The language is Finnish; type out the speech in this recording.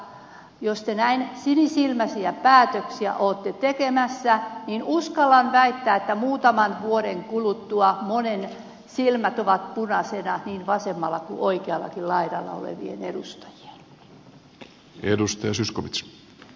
mutta jos te näin sinisilmäisiä päätöksiä olette tekemässä niin uskallan väittää että muutaman vuoden kuluttua monen silmät ovat punaisina niin vasemmalla kuin oikeallakin laidalla olevien edustajien